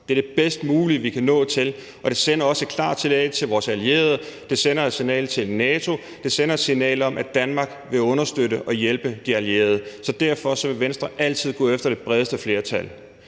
Det er det bedst mulige, vi kan nå til. Det sender også et klart signal til vores allierede, og det sender et signal til NATO. Det sender et signal om, at Danmark vil understøtte og hjælpe de allierede. Derfor vil Venstre altid gå efter det bredeste flertal.